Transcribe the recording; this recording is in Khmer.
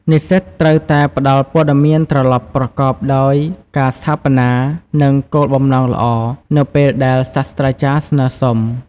និស្សិតត្រូវតែ ផ្ដល់ព័ត៌មានត្រឡប់ប្រកបដោយការស្ថាបនា និងគោលបំណងល្អ នៅពេលដែលសាស្រ្តាចារ្យស្នើសុំ។